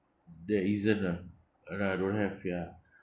there isn't ah uh no I don't have ya